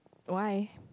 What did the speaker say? why